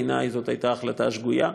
בעיני זו הייתה החלטה שגויה,